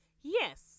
Yes